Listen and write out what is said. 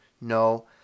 No